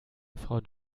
frau